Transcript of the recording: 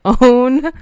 own